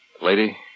Lady